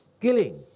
killing